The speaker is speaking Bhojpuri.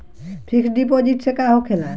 फिक्स डिपाँजिट से का होखे ला?